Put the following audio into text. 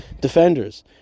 defenders